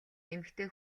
эмэгтэй